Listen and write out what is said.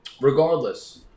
regardless